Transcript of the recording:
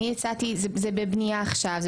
זה בבנייה עכשיו,